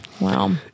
wow